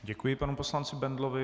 Děkuji panu poslanci Bendlovi.